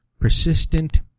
persistent